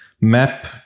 map